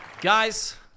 Guys